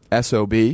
SOB